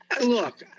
Look